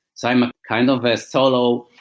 so i'm kind of a solo.